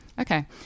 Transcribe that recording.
Okay